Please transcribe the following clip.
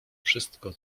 wszystko